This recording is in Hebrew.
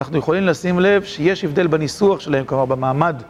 אנחנו יכולים לשים לב שיש הבדל בניסוח שלהם, כלומר במעמד.